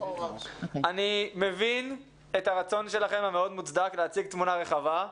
אני מבין את הרצון המאוד מוצדק שלכם להציג תמונה רחבה,